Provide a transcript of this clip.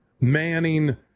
Manning